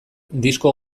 disko